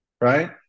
right